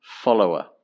follower